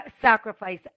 sacrifice